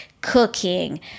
cooking